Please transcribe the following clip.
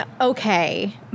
okay